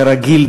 כרגיל,